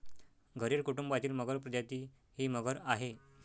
घरियल कुटुंबातील मगर प्रजाती ही मगर आहे